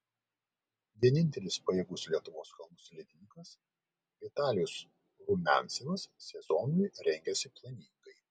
vienintelis pajėgus lietuvos kalnų slidininkas vitalijus rumiancevas sezonui rengiasi planingai